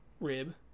rib